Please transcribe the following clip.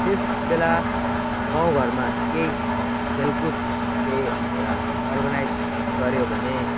त्यसबेला गाउँघरमा केही खेलकुद केही एउटा अर्गनाइज गर्यो भने